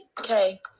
okay